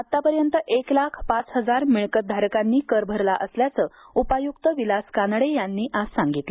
आतापर्यंत एक लाख पाच हजार मिळकतधारकांनी कर भरला असल्याचं उपायुक्त विलास कानडे यांनी आज सांगितलं